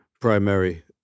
primary